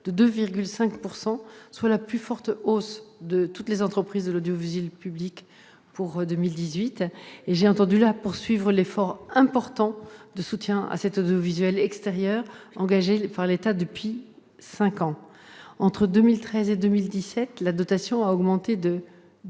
de 2,5 %, soit la plus forte hausse de toutes les entreprises de l'audiovisuel public pour 2018. J'ai ainsi entendu poursuivre l'effort important de soutien à l'audiovisuel extérieur engagé par l'État depuis cinq ans. Entre 2013 et 2017, sa dotation a en effet